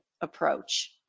approach